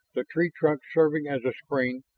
the tree trunk serving as a screen,